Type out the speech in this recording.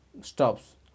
stops